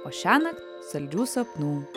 o šiąnakt saldžių sapnų